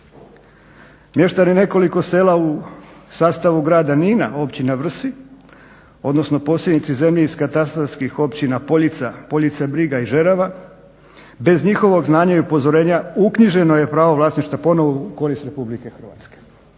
Mještani nekoliko sela u sastavu grada Nina općina Vrsi, odnosno posjednici zemlje iz katastarskih općina Poljica, Briga i Žerava bez njihovog znanja i upozorenja uknjiženo je pravo vlasništva u korist RH.